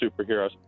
superheroes